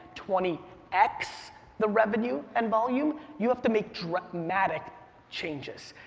twenty x the revenue and volume, you have to make dramatic changes.